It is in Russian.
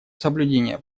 соблюдение